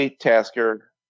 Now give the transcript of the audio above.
Tasker